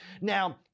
Now